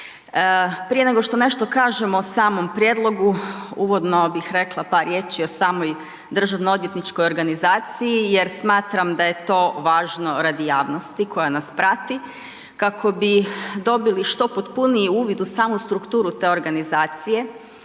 Prije nego što nešto kažem o samom prijedlogu, uvodno bih rekla par riječi o samoj državno-odvjetničkoj organizaciji jer smatram da je to važno radi javnosti koja nas prati kako bi dobili što potpuniji uvid u samu strukturu te organizacija,